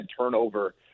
turnover